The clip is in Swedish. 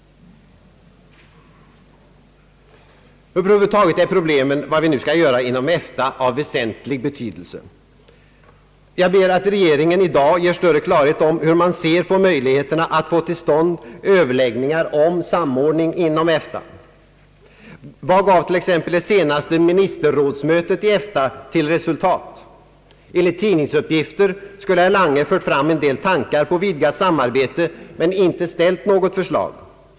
Över huvud taget är problemen vad vi nu skall göra inom EFTA av väsentlig betydelse. Jag ber att regeringen i dag ger större klarhet om hur man ser på möjligheterna att få till stånd överläggningar om samordning inom EFTA. Vad gav till exempel det senaste ministermötet inom EFTA till resultat? Enligt tidningsuppgifter skulle herr Lange ha fört fram en del tankar om vidgat samarbete men inte ha ställt något förslag.